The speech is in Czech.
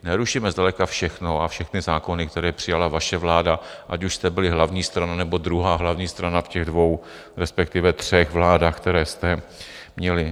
Nerušíme zdaleka všechno a všechny zákony, které přijala vaše vláda, ať už jste byli hlavní strana, nebo druhá hlavní strana v těch dvou, respektive třech vládách, které jste měli.